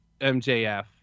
MJF